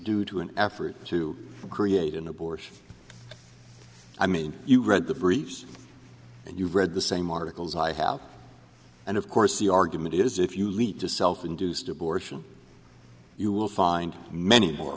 due to an effort to create an abortion i mean you read the briefs and you read the same articles i have and of course the argument is if you leap to self induced abortion you will find many more